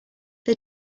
they